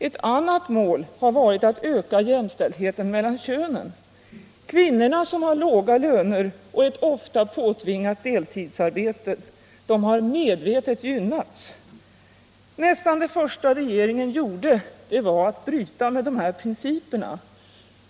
Ett annat mål har varit att öka jämställdheten mellan könen. Kvinnorna, som har låga löner och ett ofta påtvingat deltidsarbete, har medvetet gynnats. Nästan det första regeringen gjorde var att bryta mot de här principerna.